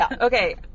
Okay